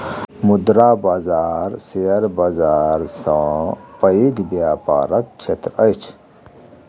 मुद्रा बाजार शेयर बाजार सॅ पैघ व्यापारक क्षेत्र अछि